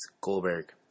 Goldberg